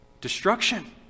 Destruction